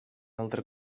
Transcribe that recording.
altre